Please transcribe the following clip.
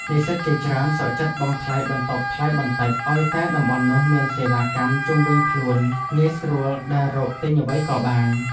និស្សិតជាច្រើនសុខចិត្តបង់ថ្លៃបន្ទប់ថ្លៃបន្តិចឱ្យតែតំបន់នោះមានសេវាកម្មជុំវិញខ្លួនងាយស្រួលដើររកទិញអ្វីក៏បាន។